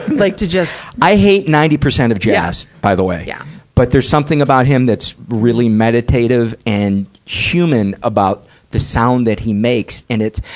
like to just, paul i hate ninety percent of jazz, by the way. yeah but there something about him that's really meditative and human about the sound that he makes. and it,